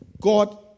God